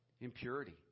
impurity